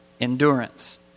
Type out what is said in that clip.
endurance